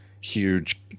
huge